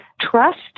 trust